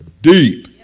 deep